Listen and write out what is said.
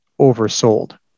oversold